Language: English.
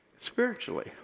spiritually